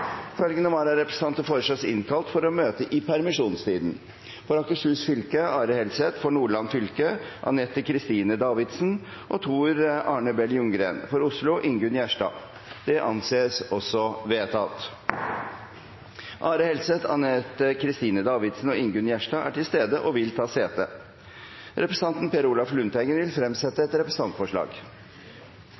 Følgende vararepresentanter innkalles for å møte i permisjonstiden: For Akershus fylke: Are Helseth For Nordland fylke: Anette Kristine Davidsen og Tor Arne Bell Ljunggren For Oslo: Ingunn Gjerstad Are Helseth og Ingunn Gjerstad er til stede og vil ta sete. Representanten Per Olaf Lundteigen vil fremsette et representantforslag.